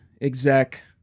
exec